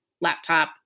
laptop